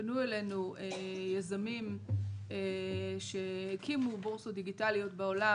פנו אלינו יזמים שהקימו בורסות דיגיטליות בעולם